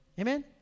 Amen